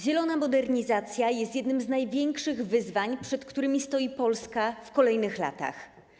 Zielona modernizacja jest jednym z największych wyzwań, przed którymi stoi Polska w kolejnych latach.